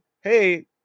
hey